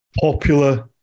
popular